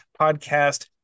podcast